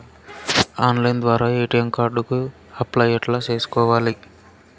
Online ద్వారా ATM card కు apply ఎట్లా సేసుకోవాలి?